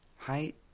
Height